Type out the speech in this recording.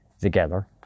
together